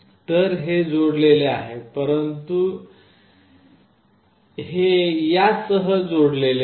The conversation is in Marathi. तर हे जोडलेले आहे परंतु हे यासह जोडलेले नाही